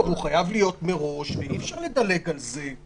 הוא חייב להיות מראש ואי-אפשר לדלג על זה.